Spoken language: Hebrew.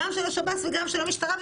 גם של השב"ס וגם של המשטרה,